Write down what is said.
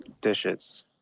dishes